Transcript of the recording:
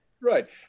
Right